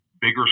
bigger